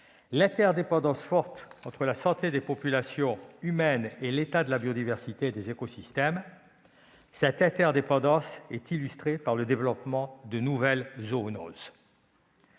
l'interdépendance forte entre la santé des populations humaines et l'état de la biodiversité et des écosystèmes. Cette interdépendance est illustrée par le développement de nouvelles zoonoses